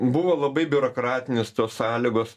buvo labai biurokratinis sąlygos